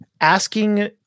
asking